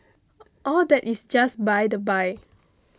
all that is just by the by